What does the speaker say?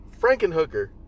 Frankenhooker